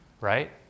right